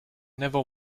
never